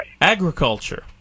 agriculture